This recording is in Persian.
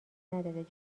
نداده